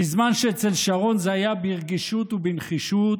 בזמן שאצל שרון זה היה ברגישות ובנחישות,